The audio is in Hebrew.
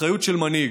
האחריות של מנהיג,